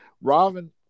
Robin